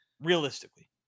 Realistically